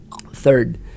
Third